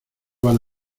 van